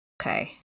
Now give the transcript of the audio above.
Okay